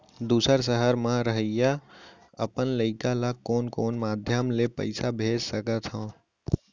दूसर सहर म रहइया अपन लइका ला कोन कोन माधयम ले पइसा भेज सकत हव?